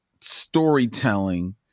storytelling